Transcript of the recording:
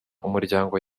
umuryango